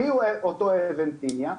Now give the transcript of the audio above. מיהו אותו אבן תיימיה?